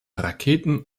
raketen